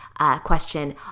question